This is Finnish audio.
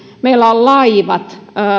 meillä on laivat